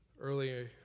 earlier